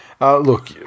Look